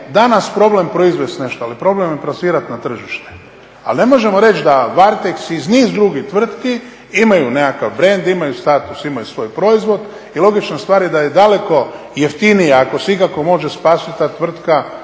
danas problem proizvest nešto ali problem je plasirati na tržište. Ali ne možemo reći da Varteks i niz drugih tvrtki imaju nekakav brend, imaju status, imaju svoj proizvod i logična stvar je da je daleko jeftinije ako se ikako može spasiti ta tvrtka